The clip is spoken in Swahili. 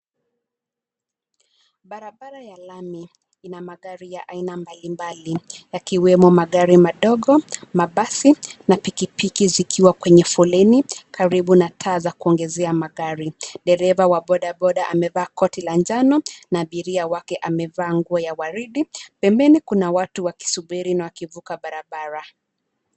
Barabara ya lami ina magari, ina magari ya aina mbalimbali yakiwemo magari madogo, mabasi na pia pikipiki zikiwa kwenye foleni, karibu na taa za kuongozea magari. Dereva wa bodaboda amevaa koti la njano na abiria wake amevaa nguo ya waridi. Pembeni kuna watu wakisubiri na wakivuka barabara.